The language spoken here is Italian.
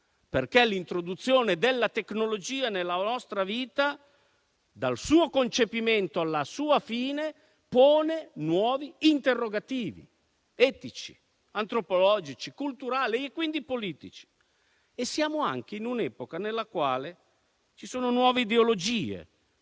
perché l'introduzione della tecnologia nella nostra vita, dal suo concepimento alla sua fine, pone nuovi interrogativi etici, antropologici, culturali e quindi politici. Siamo anche in un'epoca nella quale ci sono nuove ideologie.